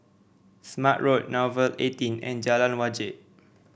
Smart Road Nouvel eighteen and Jalan Wajek